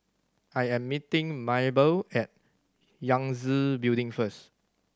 I am meeting Mable at Yangtze Building first